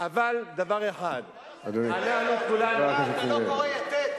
מה, אתה לא קורא "יתד"?